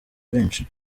benshi